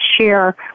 share